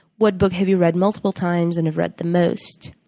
what book have you read multiple times and have read the most?